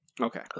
Okay